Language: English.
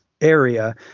area